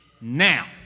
now